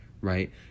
right